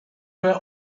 were